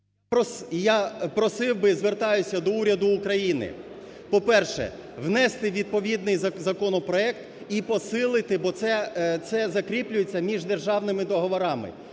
я просив би, звертаюся до уряду України, по-перше, внести відповідний законопроект і посилити, бо це... це закріплюється міждержавними договорами,